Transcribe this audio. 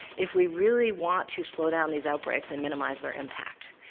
if we really want to slow down these outbreaks and minimize their impact,